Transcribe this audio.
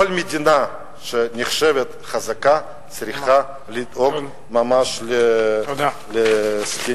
כל מדינה שנחשבת חזקה צריכה לדאוג ממש לזקנים.